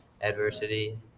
adversity